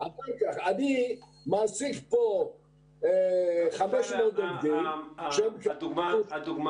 אני מעסיק פה 500 עובדים שהם --- הטענה